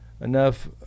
enough